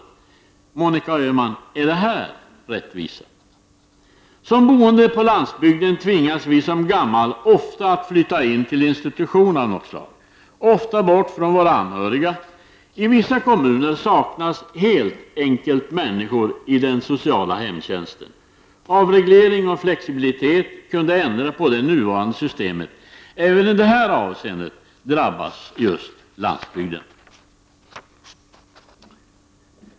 Är detta, Monica Öhman, rättvisa? Som boende på landsbygden tvingas vi som gamla ofta flytta in till en institution av något slag, ofta bort från våra anhöriga. I vissa kommuner saknas helt enkelt människor i den sociala hemtjänsten. Avreglering och flexibilitet kunde ändra på det nuvarande systemet. Även i detta avseende drabbas landsbygden.